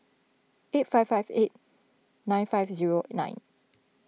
eight five five eight nine five zero nine